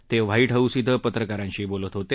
ते White House इथं पत्रकारांशी बोलत होते